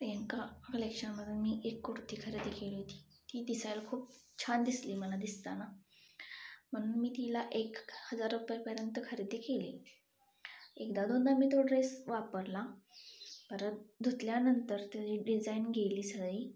प्रियंका कलेक्शनमधून मी एक कुर्ती खरेदी केली ती दिसायला खूप छान दिसली मला दिसताना म्हणून मी तिला एक हजार रुपयापर्यंत खरेदी केली एकदा दोनदा मी तो ड्रेस वापरला परत धुतल्यानंतर त्याची डिझाईन गेली सगळी